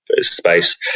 space